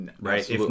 Right